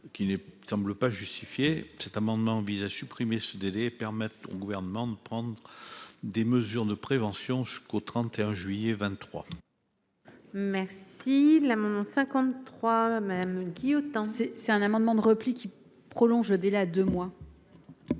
qui n'est, semble pas justifié cet amendement vise à supprimer ce délai permet au gouvernement de prendre des mesures de prévention jusqu'au 31 juillet 23. Merci l'amendement 53 même qui autant c'est c'est un amendement de repli qui prolonge au-delà de moi.